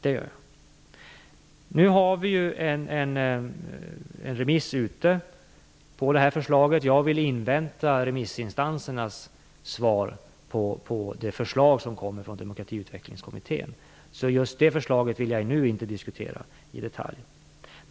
Det finns nu ett förslag ute på remiss. Jag vill invänta remissinstansernas svar på förslaget, som kommer från Demokratiutvecklingskommittén. Just det förslaget vill jag nu inte diskutera i detalj.